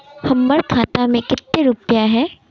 हमर खाता में केते रुपया है?